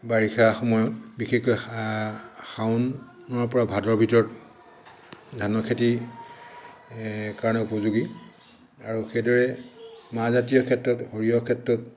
বাৰিষা সময়ত বিশেষকৈ শাওণৰ পৰা ভাদৰ ভিতৰত ধানৰ খেতি কাৰণে উপযোগী আৰু সেইদৰে মাহ জাতীয় ক্ষেত্ৰত সৰিয়হৰ ক্ষেত্ৰত